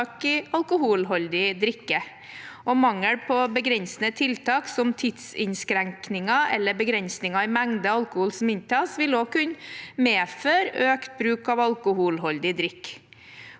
i alkoholholdig drikke. Mangel på begrensende tiltak, som tidsinnskrenkninger eller begrensninger i mengden alkohol som inntas, vil også kunne medføre økt bruk av alkoholholdig drikke.